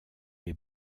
les